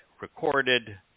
recorded